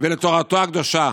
ולתורתו הקדושה,